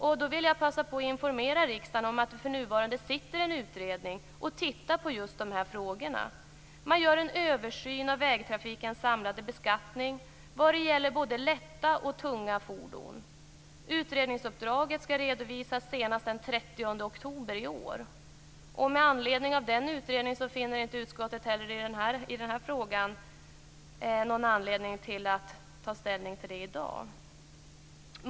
Jag vill då passa på att informera riksdagen om att en utredning för närvarande arbetar med dessa frågor. Man gör en översyn av vägtrafikens samlade beskattning när det gäller både lätta och tunga fordon. Utredningsuppdraget skall redovisas senast den 30 oktober i år. Med anledning av detta finner utskottsmajoriteten ingen anledning att i dag ta ställning till denna fråga.